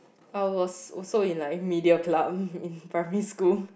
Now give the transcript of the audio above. I was also in like media club in primary school